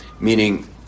Meaning